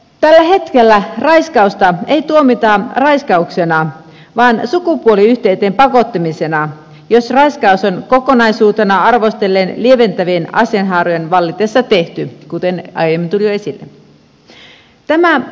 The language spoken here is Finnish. tällä hetkellä raiskausta ei tuomita raiskauksena vaan sukupuoliyhteyteen pakottamisena jos raiskaus on kokonaisuutena arvostellen lieventävien asianhaarojen vallitessa tehty kuten aiemmin tuli jo esille